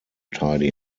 tidy